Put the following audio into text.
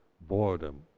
boredom